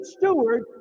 steward